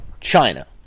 China